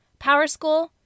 PowerSchool